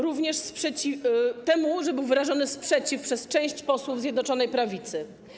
Również dzięki temu, że był wyrażony sprzeciw przez część posłów Zjednoczonej Prawicy.